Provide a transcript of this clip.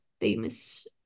famous